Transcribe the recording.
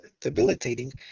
debilitating